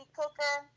cooker